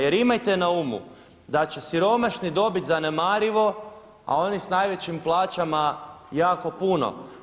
Jer imajte na umu da će siromašni dobiti zanemarivo, a oni s najvećim plaćama jako puno.